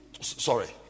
sorry